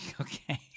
Okay